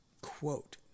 quote